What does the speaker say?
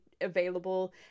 available